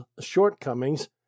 shortcomings